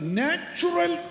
natural